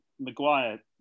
Maguire